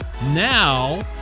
Now